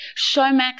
Showmax